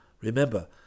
Remember